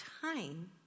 time